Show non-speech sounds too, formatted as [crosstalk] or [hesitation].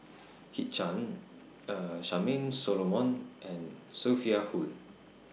Kit Chan [hesitation] Charmaine Solomon and Sophia Hull